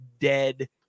dead